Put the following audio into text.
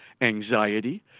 anxiety